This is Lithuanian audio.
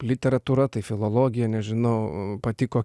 literatūra tai filologija nežinau patiko